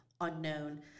unknown